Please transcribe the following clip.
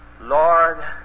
Lord